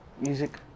Music